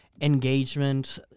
engagement